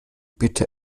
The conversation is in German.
bitte